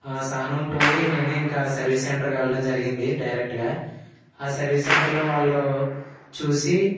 సహనం పోయి నేనే ఇంకా సర్వీస్ సెంటర్కి వెళ్ళడం జరిగింది డైరెక్ట్గా ఆ సర్వీస్ సెంటర్లో వాళ్ళు చూసి